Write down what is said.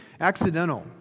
accidental